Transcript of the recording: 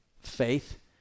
Faith